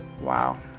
Wow